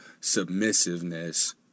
submissiveness